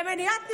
למניעת נשירה.